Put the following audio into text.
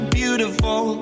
beautiful